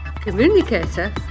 communicator